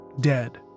dead